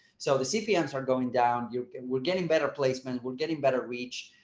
so the cpms are going down you're and we're getting better placement, we're getting better reach.